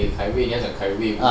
eh kai wei 你要讲 kai wei